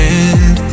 end